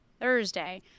Thursday